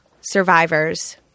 survivors